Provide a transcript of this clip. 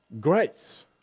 Grace